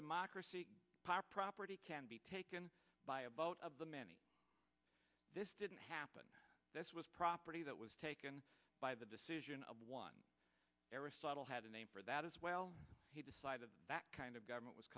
democracy power property can be taken by about of the many this didn't happen this was property that was taken by the decision of one aristotle had a name for that as well he decided that kind of government was